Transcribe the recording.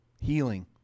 healing